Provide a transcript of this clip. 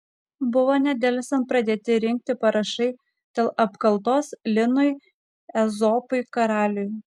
buvo nedelsiant pradėti rinkti parašai dėl apkaltos linui ezopui karaliui